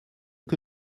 que